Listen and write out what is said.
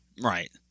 Right